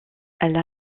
elle